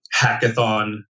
hackathon